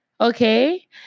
okay